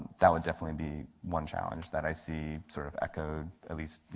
that would definitely be one challenge that i see sort of echo at least you